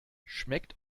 schmeckt